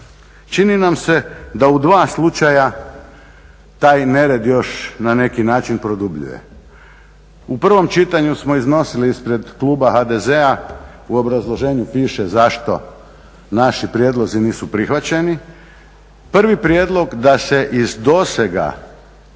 čini nam se da u dva slučaja taj nered još na neki način produbljuje. U prvom čitanju smo iznosili ispred kluba HDZ-a, u obrazloženju piše zašto naši prijedlozi nisu prihvaćeni. Prvi prijedlog da se iz dosega